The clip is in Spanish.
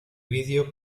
video